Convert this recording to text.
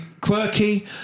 Quirky